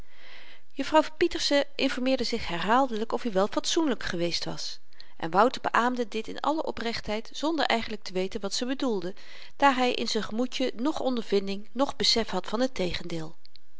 juffrouw pieterse informeerde zich herhaaldelyk of-i wel fatsoenlyk geweest was en wouter beaamde dit in alle oprechtheid zonder eigenlyk te weten wat ze bedoelde daar hy in z'n gemoedje noch ondervinding noch besef had van het tegendeel